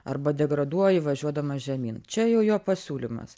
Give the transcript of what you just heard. arba degraduoji važiuodamas žemyn čia jau jo pasiūlymas